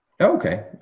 Okay